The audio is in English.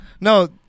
No